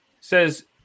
says